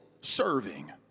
serving